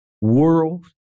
world